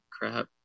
crap